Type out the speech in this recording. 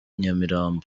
nyamirambo